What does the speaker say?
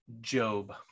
Job